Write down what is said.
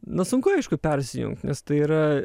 na sunku aišku persijungt nes tai yra